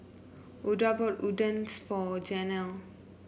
Oda bought Udons for Janelle